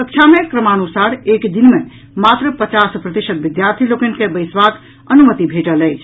कक्षा मे क्रमानुसार एक दिन मे मात्र पचास प्रतिशत विद्यार्थी लोकनि के बैसबाक अनुमति भेटल अछि